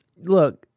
Look